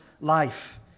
life